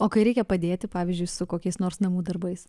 o kai reikia padėti pavyzdžiui su kokiais nors namų darbais